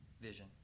vision